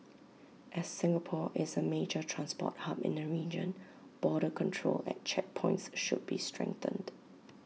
as Singapore is A major transport hub in the region border control at checkpoints should be strengthened